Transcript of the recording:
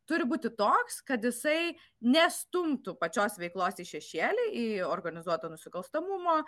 turi būti toks kad jisai nestumtų pačios veiklos į šešėlį į organizuoto nusikalstamumo